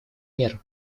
мер